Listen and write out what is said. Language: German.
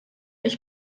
ich